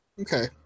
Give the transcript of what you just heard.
Okay